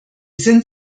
sind